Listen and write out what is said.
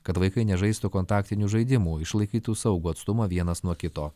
kad vaikai nežaistų kontaktinių žaidimų išlaikytų saugų atstumą vienas nuo kito